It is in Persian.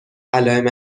علائم